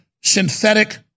synthetic